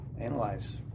analyze